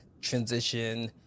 transition